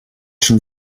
schon